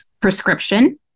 prescription